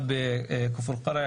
אחד בכפר קרע,